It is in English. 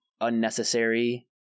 unnecessary